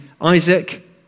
Isaac